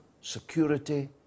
security